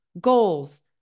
goals